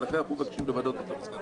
ולכן אנחנו מבקשים למנות אותו לסגן